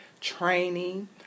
training